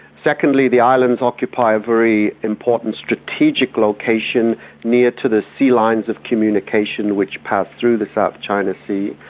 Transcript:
secondly, the islands occupy a very important strategic location near to the sea-lines of communication which pass through the south china sea.